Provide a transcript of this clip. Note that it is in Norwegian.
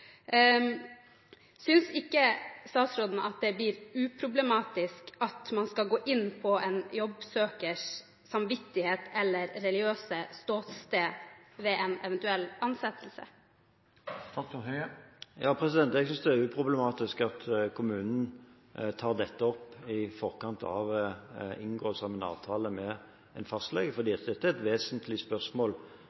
Synes statsråden at det blir uproblematisk at man skal gå inn på en jobbsøkers samvittighet eller religiøse ståsted ved en eventuell ansettelse? Jeg synes det er uproblematisk at kommunen tar dette opp i forkant av inngåelse av en avtale med en fastlege,